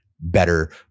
better